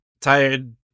Tired